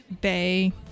Bay